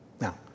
Now